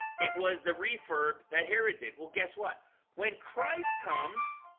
it was the refurb that herod did well guess what when christ comes